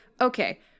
Okay